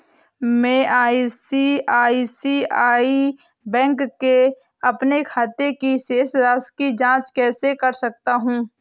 मैं ICICI bank के अपने खाते की शेष राशि की जाँच कैसे कर सकता हूँ?